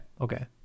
okay